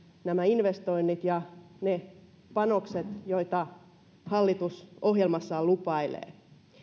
nämä investoinnit ja ne panokset joita hallitus ohjelmassaan lupailee